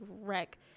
wreck